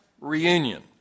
reunion